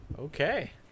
Okay